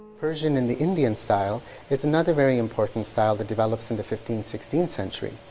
persian in the indian style is another very important style that develops in the fifteenth sixteenth century.